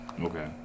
Okay